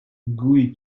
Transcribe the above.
gooey